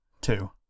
two